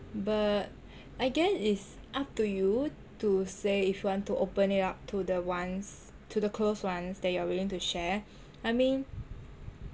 but I guess it's up to you to say if you want to open it up to the ones to the closed ones that you are willing to share I mean